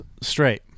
straight